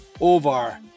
over